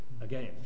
again